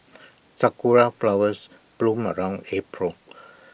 Sakura Flowers bloom around April